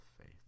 faith